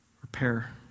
repair